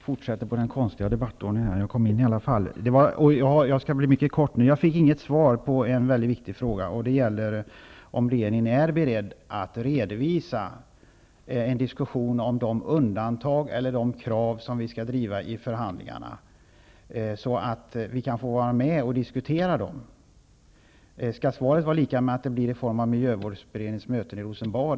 Herr talman! Jag kom trots allt in i denna konstiga debattordning. Jag skall bli mycket kortfattad. Jag fick inget svar på en mycket viktig fråga: Är regeringen beredd att redovisa en diskussion om de undantag eller de krav som vi skall driva i förhandlingarna, så att vi kan få vara med och diskutera dem? Hur skall jag tolka det uteblivna svaret? Sker detta vid miljövårdsberedningens möten i Rosenbad?